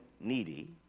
needy